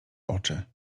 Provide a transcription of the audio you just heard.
oczy